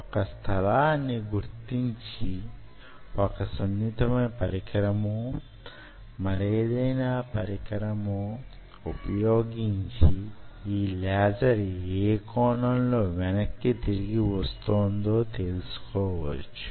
ఒక స్థలాన్ని గుర్తించే ఒక సున్నితమైన పరికరమో మరేదైనా పరికరమో ఉపయోగించి యీ లేజర్ యే కోణంలో వెనక్కి తిరిగి వస్తోందో తెలుసుకోవచ్చు